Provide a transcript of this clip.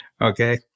Okay